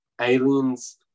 Aliens